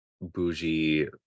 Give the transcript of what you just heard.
bougie